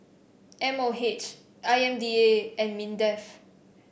M O H I M D A and Mindef